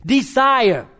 Desire